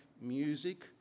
music